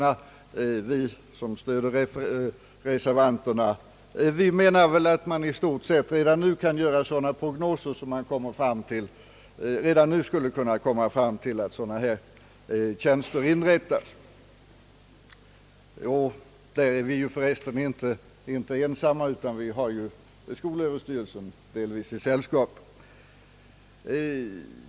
Vi som stöder reservanterna menar att det i stort sett redan nu kan göras sådana prognoser, att sådana här tjänster redan nu skulle kunna inrättas. Vi är förresten inte ensamma när det gäller detta förslag utan har skolöverstyrelsen delvis i sällskap.